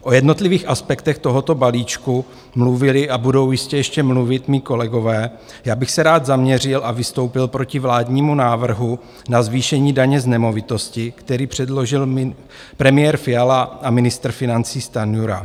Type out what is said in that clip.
O jednotlivých aspektech tohoto balíčku mluvili a budou jistě ještě mluvit mí kolegové, já bych se rád zaměřil a vystoupil proti vládnímu návrhu na zvýšení daně z nemovitosti, který předložil premiér Fiala a ministr financí Stanjura.